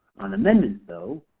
on amendments though,